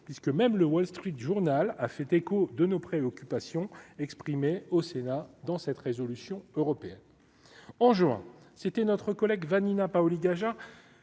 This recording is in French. puisque même le Wall Street Journal a fait écho de nos préoccupations exprimées au Sénat dans cette résolution européenne en juin, c'était notre collègue Vanina Paoli-Gagin